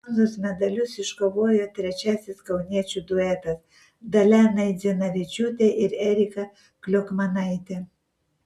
bronzos medalius iškovojo trečiasis kauniečių duetas dalia naidzinavičiūtė ir erika kliokmanaitė